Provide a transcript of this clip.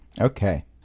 Okay